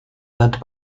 led